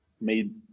made